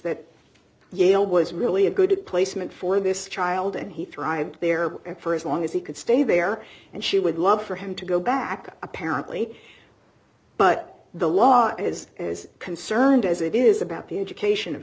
that yale was really a good placement for this child and he thrived there st long as he could stay there and she would love for him to go back apparently but the law is as concerned as it is about the education of